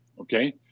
Okay